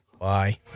bye